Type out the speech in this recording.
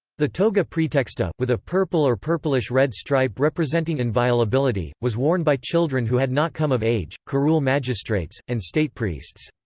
the toga praetexta, with a purple or purplish-red stripe representing inviolability, was worn by children who had not come of age, curule magistrates, and state priests.